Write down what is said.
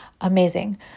amazing